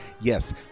Yes